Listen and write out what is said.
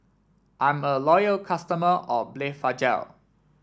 I'm a loyal customer of Blephagel